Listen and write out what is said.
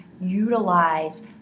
utilize